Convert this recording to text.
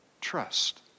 trust